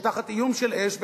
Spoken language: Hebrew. ותחת איום של אש,